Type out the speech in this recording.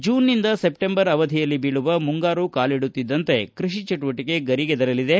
ಜೂನ್ನಿಂದ ಸೆಪ್ಟೆಂಬರ್ ಅವಧಿಯಲ್ಲಿ ಬೀಳುವ ಮುಂಗಾರು ಕಾಲಿಡುತ್ತಿದ್ದಂತೆಯೇ ಕೃಷಿ ಚಟುವಟಕೆ ಗರಿಗೆದರಲಿದೆ